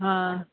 हा